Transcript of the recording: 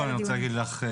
קודם כל אני רוצה להגיד לך,